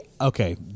Okay